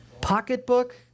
Pocketbook